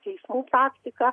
teismų praktiką